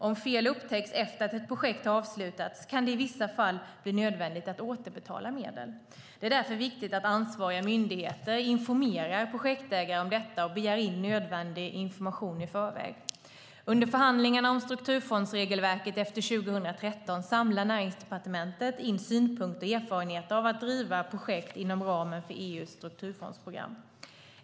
Om fel upptäcks efter att ett projekt har avslutats kan det i vissa fall bli nödvändigt att återbetala medel. Det är därför viktigt att ansvariga myndigheter informerar projektägare om detta och begär in nödvändig information i förväg. Under förhandlingarna om strukturfondsregelverket efter 2013 samlar Näringsdepartementet in synpunkter och erfarenheter av att driva projekt inom ramen för EU:s strukturfondsprogram.